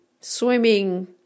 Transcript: swimming